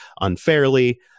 unfairly